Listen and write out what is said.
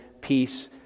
peace